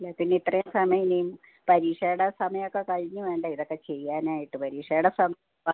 അല്ലെങ്കിൽ പിന്നെ ഇത്രയും സമയം ഇനിയും പരീക്ഷയുടെ സമയം ഒക്കെ കഴിഞ്ഞ് വേണ്ടേ ഇതൊക്കെ ചെയ്യാനായിട്ട് പരീക്ഷയുടെ